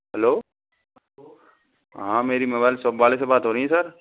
hello हाँ मेरी mobile shop वाले से बात हो रही है सर